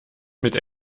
mit